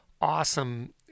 awesome